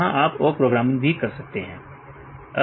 यहां आप awk programming भी कर सकते हैं